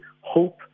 hope